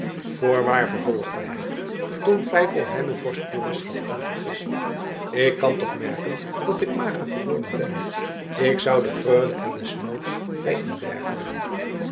voorwaar vervolgde hij toen feiko hem het borstkuras had aangegespt ik kan toch merken dat ik mager geworden ben ik zou de freule er desnoods bij in bergen